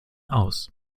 aus